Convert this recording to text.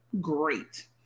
Great